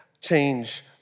change